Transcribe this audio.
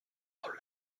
dans